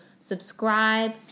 subscribe